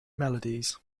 melodies